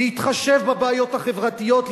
להתחשב בבעיות החברתיות,